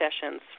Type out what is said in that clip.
sessions